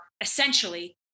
essentially